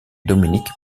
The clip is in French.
dominique